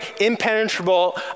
impenetrable